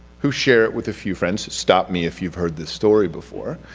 who share it with a few friends, stop me if you've heard this story before,